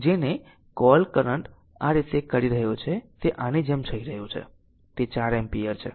તેથી આ તે છે કે જેને કોલ કરંટ આ રીતે જઈ રહ્યો છે તે આની જેમ જઈ રહ્યું છે તે 4 એમ્પીયર છે